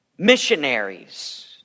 Missionaries